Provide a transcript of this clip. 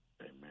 Amen